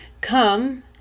come